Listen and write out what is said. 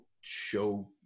show